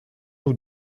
nous